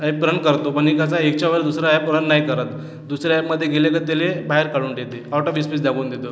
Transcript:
app run करतो पण हे कसा याच्यावर दुसरा ॲप रन नाही करत दुसऱ्या ॲपमध्ये गेले का त्याले बाहेर काढून देते ऑटोडीस्प्लेस दाबून देतो